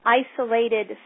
isolated